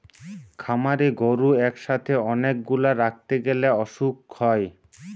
খামারে গরু একসাথে অনেক গুলা রাখতে গ্যালে অসুখ হয়